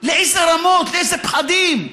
לאיזה רמות, לאיזה פחדים.